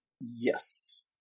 Yes